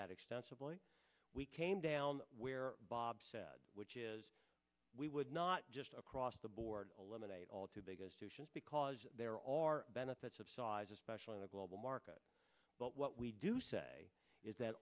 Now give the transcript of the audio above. that extensively we came down where bob said which is we would not just across the board eliminate all too big because there are benefits of size especially in the global market but what we do say is that